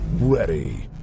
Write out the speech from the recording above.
ready